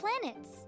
planets